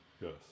yes